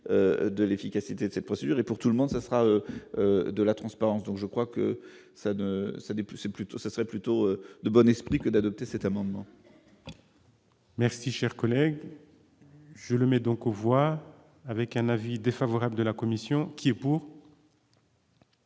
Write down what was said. de l'efficacité de cette procédure et pour tout le monde, ce sera de la transparence, donc je crois que ça, de ça, plus c'est plutôt ça serait plutôt de bon esprit que d'adopter cet amendement. Merci, cher collègue, je le mets donc on voit avec un avis défavorable de la commission qui est pour.